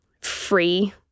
free